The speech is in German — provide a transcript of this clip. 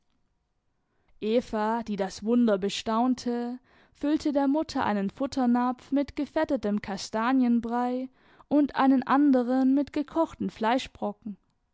eva die das wunder bestaunte füllte der mutter einen futternapf mit gefettetem kastanienbrei und einen anderen mit gekochten fleischbrocken